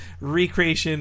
recreation